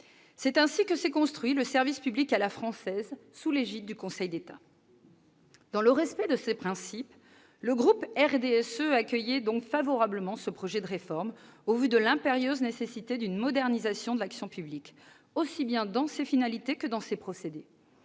C'est ainsi que s'est construit le service public à la française, sous l'égide du Conseil d'État. Dans le respect de ces principes, le groupe du Rassemblement Démocratique et Social Européen accueillait donc favorablement ce projet de réforme, au vu de l'impérieuse nécessité d'une modernisation de l'action publique, aussi bien dans ses finalités que dans ses procédés.